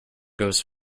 goes